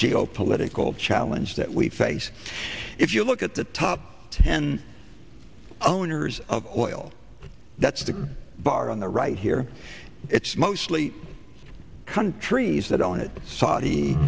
geopolitical challenge that we face if you look at the top ten owners of oil that's the bar on the right here it's mostly countries that on it saudi